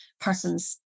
persons